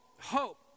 Hope